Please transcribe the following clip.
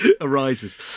arises